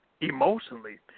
Emotionally